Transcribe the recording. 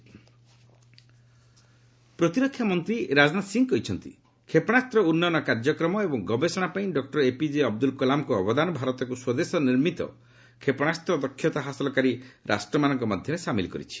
DRDO Rajnath ପ୍ରତୀରକ୍ଷା ମନ୍ତ୍ରୀ ରାଜନାଥ ସିଂହ କହିଛନ୍ତି କ୍ଷେପଣାସ୍ତ ଉନ୍ନୟନ କାର୍ଯ୍ୟକ୍ରମ ଏବଂ ଗବେଷଣା ପାଇଁ ଡକ୍ଟର ଏପିଜେ ଅବଦୁଲ୍ଲ କଲାମ୍ଙ୍କ ଅବଦାନ ଭାରତକୁ ସ୍ୱଦେଶ ନିର୍ମିତ କ୍ଷେପଣାସ୍ତ ଦକ୍ଷତା ହାସଲକାରୀ ରାଷ୍ଟ୍ରମାନଙ୍କ ମଧ୍ୟରେ ସାମିଲ କରିଛି